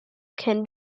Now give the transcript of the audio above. can